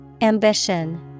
Ambition